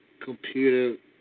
computer